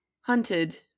Hunted